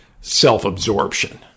self-absorption